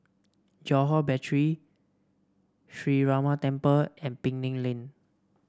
Johore Battery Sree Ramar Temple and Penang Lane